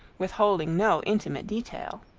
withholding no intimate detail.